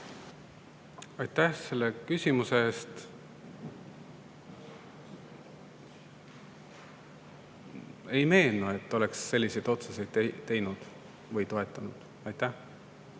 Aitäh selle küsimuse eest! Ei meenu, et oleks selliseid otsuseid teinud või toetanud. Aitäh